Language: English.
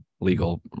legal